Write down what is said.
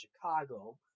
Chicago